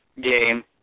game